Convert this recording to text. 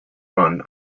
run